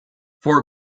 for